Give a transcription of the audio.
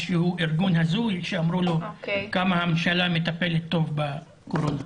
ארגון הזוי ויאמרו לו עד כמה הממשלה מטפלת טוב בקורונה.